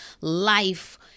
life